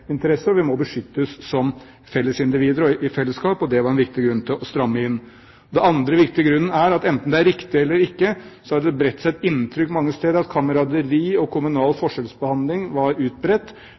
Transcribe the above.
vi må beskyttes som individer og i fellesskap. Det var en viktig grunn for å stramme inn. Den andre viktige grunnen er at enten det er riktig eller ikke, har det inntrykk bredt seg mange steder at kameraderi og kommunal